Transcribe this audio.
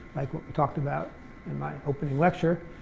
like what we talked about in my opening lecture,